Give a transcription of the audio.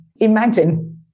Imagine